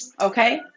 okay